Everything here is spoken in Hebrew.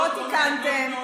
לא תיקנתם.